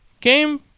game